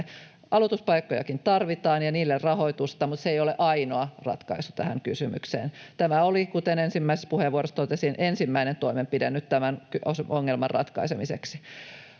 Aloituspaikkojakin tarvitaan ja niille rahoitusta, mutta se ei ole ainoa ratkaisu tähän kysymykseen. Tämä oli, kuten ensimmäisessä puheenvuorossa totesin, ensimmäinen toimenpide nyt tämän ongelman ratkaisemiseksi.